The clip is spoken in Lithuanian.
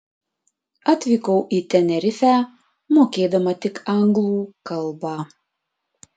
atvykau į tenerifę mokėdama tik anglų kalbą